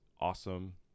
awesome